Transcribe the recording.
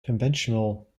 conventional